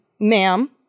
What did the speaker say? ma'am